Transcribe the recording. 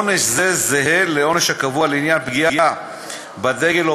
עונש זה זהה לעונש הקבוע לעניין פגיעה בדגל או